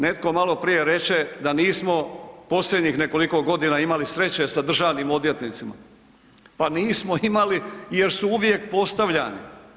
Netko maloprije reče da nismo posljednjih nekoliko godina imali sreće sa državnim odvjetnicima, pa nismo imali jer su uvijek postavljani.